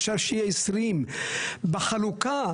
אפשר שיהיה 20. בחלוקה,